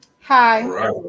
Hi